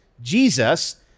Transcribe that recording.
Jesus